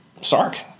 Sark